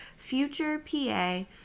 FUTUREPA